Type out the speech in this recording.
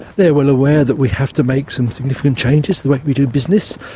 they're well aware that we have to make some significant changes, the way we do business,